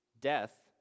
death